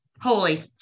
holy